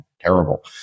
terrible